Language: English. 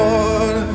Lord